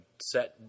set